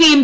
P M